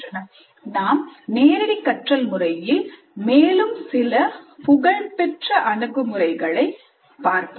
அடுத்துள்ள 3 4 அலகுகளில் நாம் நேரடி கற்றல் முறையில் நாம் மேலும் சில புகழ்பெற்ற அணுகுமுறைகளை பார்ப்போம்